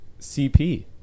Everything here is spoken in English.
CP